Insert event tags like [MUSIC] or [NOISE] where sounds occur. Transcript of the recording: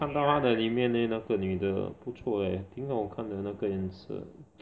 我看到她的里面 leh 那个女的不错 eh 挺好看的那个颜色 [NOISE]